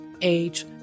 age